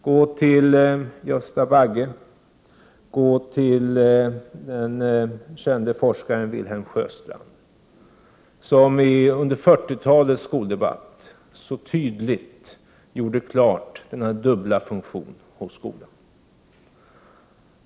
Gå till Gösta Bagge eller den kände forskaren Wilhelm Sjöstrand, som i skoldebatten under 40-talet så tydligt klargjorde denna dubbla funktion hos skolan.